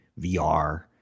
vr